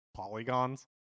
polygons